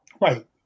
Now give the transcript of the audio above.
right